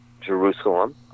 Jerusalem